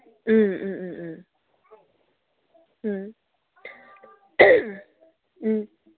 ꯎꯝ ꯎꯝ ꯎꯝ ꯎꯝ ꯎꯝ ꯎꯝ